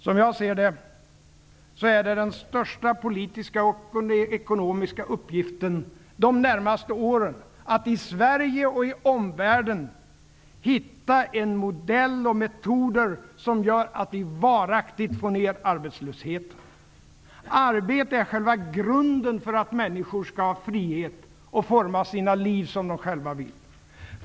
Som jag ser det, är det den största politiska och ekonomiska uppgiften de närmaste åren, att i Sverige och i omvärlden hitta en modell och metoder som gör att vi varaktigt får ned arbetslösheten. Arbete är själva grunden för att människor skall ha frihet att forma sina liv som de själva vill.